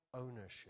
ownership